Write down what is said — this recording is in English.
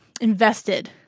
invested